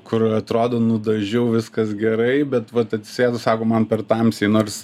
kur atrodo nudažiau viskas gerai bet vat atsisėdo sako man per tamsiai nors